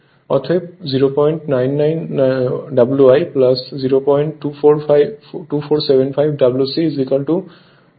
অতএব 099 Wi 02475 Wc 500